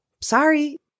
sorry